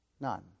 none